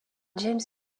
james